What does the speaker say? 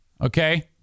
Okay